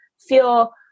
feel